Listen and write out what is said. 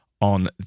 on